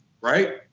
right